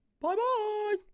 Bye-bye